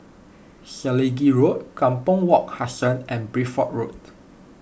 Selegie Road Kampong Wak Hassan and Bideford Road